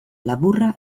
laburra